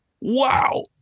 wow